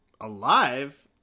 alive